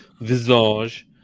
Visage